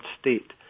state